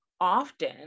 often